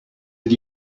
did